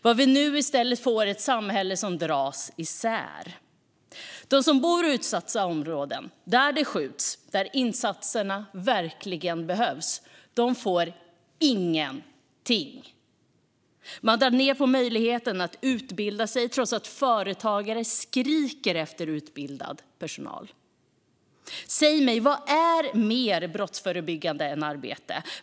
Vad vi nu får är i stället ett samhälle som dras isär. De som bor i utsatta områden, där det skjuts och där insatserna verkligen behövs, får ingenting. Man drar ned på möjligheten att utbilda sig trots att företagare skriker efter utbildad personal. Säg mig: Vad är mer brottsförebyggande än arbete?